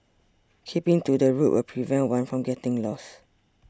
keeping to the route will prevent one from getting lost